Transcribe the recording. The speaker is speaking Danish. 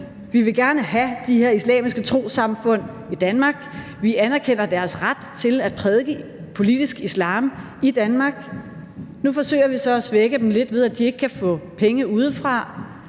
Vi vil gerne have de her islamiske trossamfund i Danmark, vi anerkender deres ret til at prædike politisk islam i Danmark. Nu forsøger vi så at svække dem lidt, ved at de ikke kan få penge udefra.